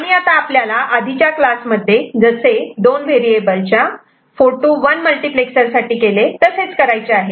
आणि आता आपल्याला आधीच्या क्लासमध्ये जसे आपण दोन व्हेरिएबल च्या 4 to 1 मल्टिप्लेक्स साठी केले तसेच करायचे आहे